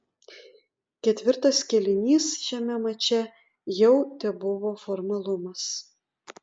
ketvirtas kėlinys šiame mače jau tebuvo formalumas